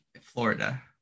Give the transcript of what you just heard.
Florida